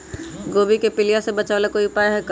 गोभी के पीलिया से बचाव ला कोई उपाय है का?